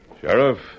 Sheriff